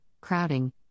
crowding